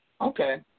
Okay